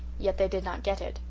yet they did not get it,